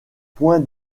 point